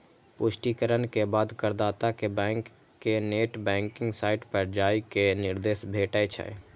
पुष्टिकरण के बाद करदाता कें बैंक के नेट बैंकिंग साइट पर जाइ के निर्देश भेटै छै